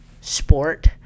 sport